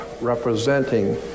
representing